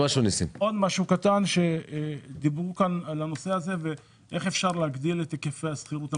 דיברו כאן על איך אפשר להגדיל את היקפי השכירות המסובסדת.